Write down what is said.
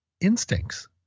instincts